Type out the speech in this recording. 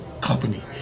company